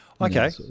Okay